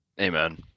Amen